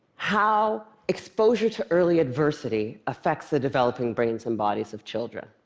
how exposure to early adversity affects the developing brains and bodies of children.